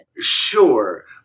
Sure